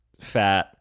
fat